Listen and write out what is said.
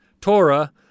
Torah